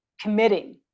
committing